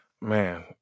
man